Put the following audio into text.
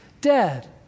dead